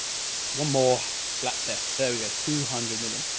one more black death. there we go. two hundred minutes.